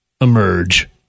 emerge